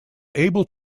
able